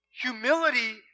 Humility